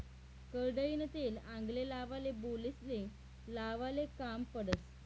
करडईनं तेल आंगले लावाले, बालेस्ले लावाले काम पडस